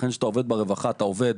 לכן, כשאתה עובד מול הרווחה אתה עובד